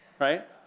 right